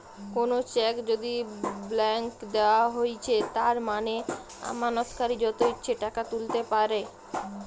কোনো চেক যদি ব্ল্যাংক দেওয়া হৈছে তার মানে আমানতকারী যত ইচ্ছে টাকা তুলতে পাইরে